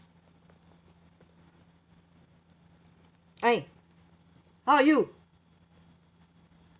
eh how are you